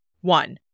One